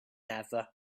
ever